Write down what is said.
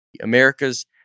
America's